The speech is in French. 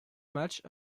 matchs